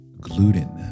gluten